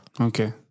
Okay